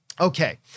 Okay